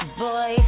boy